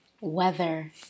weather